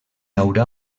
haurà